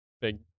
big